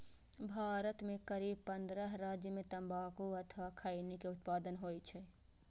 भारत के करीब पंद्रह राज्य मे तंबाकू अथवा खैनी के उत्पादन होइ छै